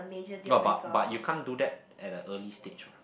no but but you can't do that at a early stage mah